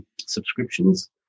subscriptions